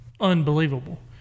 unbelievable